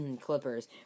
Clippers